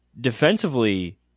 defensively